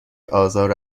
آزار